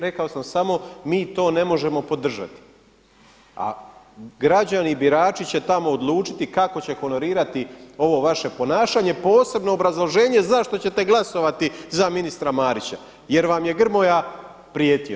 Rekao sam samo mi to ne možemo podržati, a građani, birači će tamo odlučiti kako će honorirati ovo vaše ponašanje posebno obrazloženje zašto ćete glasovati za ministra Marića jer vam je Grmoja prijetio.